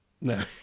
No